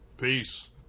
Peace